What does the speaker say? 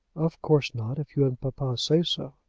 of course not, if you and papa say so.